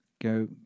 go